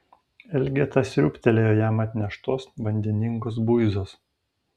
elgeta sriūbtelėjo jam atneštos vandeningos buizos